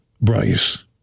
Bryce